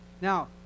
Now